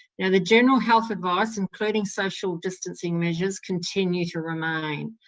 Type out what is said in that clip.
yeah the general health advice, including social distancing measures, continue to remain.